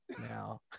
now